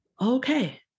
Okay